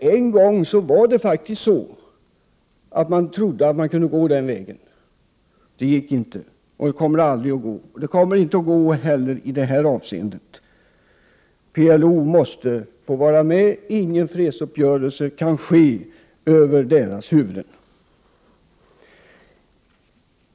En gång trodde man faktiskt att man kunde gå den vägen. Det gick inte, och det kommer aldrig att gå. Det kommer inte heller att gå i detta avseende. PLO måste få vara med. Ingen fredsuppgörelse kan ske över PLO:s huvud.